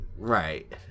Right